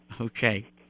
okay